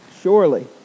Surely